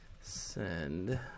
send